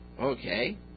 Okay